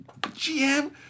GM